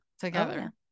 together